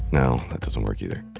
now, that doesn't work either